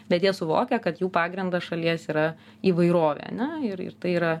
bet jie suvokia kad jų pagrindas šalies yra įvairovė ane ir ir tai yra